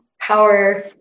power